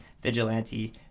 vigilante